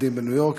בעובדים בניו-יורק,